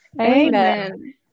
Amen